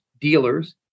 dealers